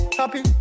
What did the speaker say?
happy